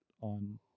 on